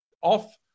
off